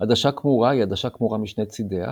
עדשה קמורה היא עדשה קמורה משני צידיה,